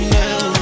now